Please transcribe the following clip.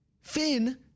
Finn